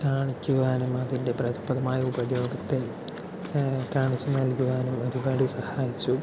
കാണിക്കുവാനും അതിൻ്റെ പരസ്പരമായ ഉപയോഗത്തെ കാണിച്ച് നൽകുവാനും ഒരുപാട് സഹായിച്ചു